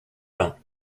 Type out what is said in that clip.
bains